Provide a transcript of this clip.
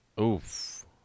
Oof